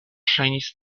ŝajnis